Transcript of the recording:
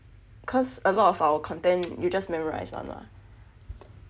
cause a lot of our content you just memorize [one] lah